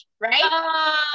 right